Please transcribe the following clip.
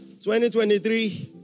2023